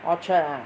Orchard ah